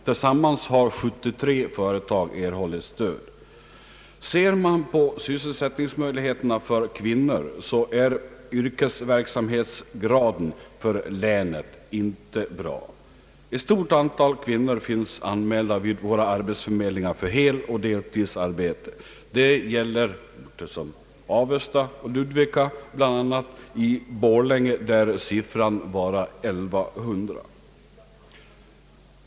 Tillsammans har 73 företag erhållit stöd. Ser man på sysselsättningsmöjligheterna för kvinnor är yrkesverksamhetsgraden för länet inte bra. Ett stort antal kvinnor finns anmälda vid våra arbetsförmedlingar för heloch deltidsarbete. Det gäller bl.a. orter som Avesta och Ludvika. I Borlänge lär siffran vara 1100.